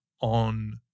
on